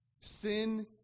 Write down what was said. sin